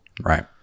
Right